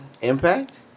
impact